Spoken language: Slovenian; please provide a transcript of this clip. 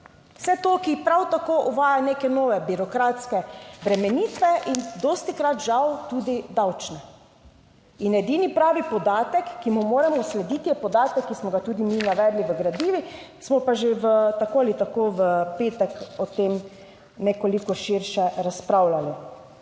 Vse to, ki prav tako uvaja neke nove birokratske obremenitve in dostikrat žal tudi davčne. In edini pravi podatek, ki mu moramo slediti je podatek, ki smo ga tudi mi navedli v gradivih, smo pa že tako ali tako v petek o tem nekoliko širše razpravljali.